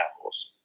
Apples